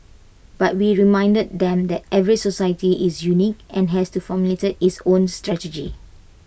but we reminded them that every society is unique and has to formulate its own strategy